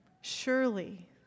Surely